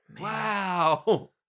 Wow